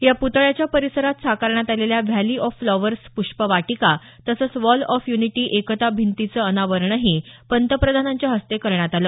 या प्रतळ्याच्या परिसरात साकारण्यात आलेल्या व्हॅली ऑफ फ्लॉवर्स प्ष्पवाटिका तसंच वॉल ऑफ यूनिटी एकता भिंतीचं अनावरणही पंतप्रधानांच्या हस्ते करण्यात आलं